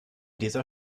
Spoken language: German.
dieser